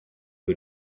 who